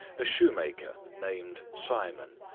a shoemaker named simon,